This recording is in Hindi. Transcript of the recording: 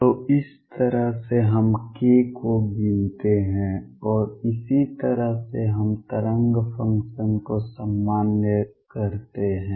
तो इस तरह से हम k को गिनते हैं और इसी तरह से हम तरंग फंक्शन को सामान्य करते हैं